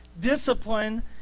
Discipline